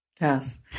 Yes